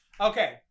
Okay